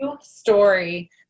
Story